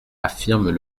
affirment